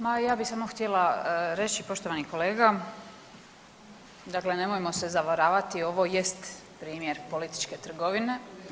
Ma ja bih samo htjela reći poštovani kolega, dakle nemojmo se zavaravati ovo jest primjer političke trgovine.